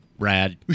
Brad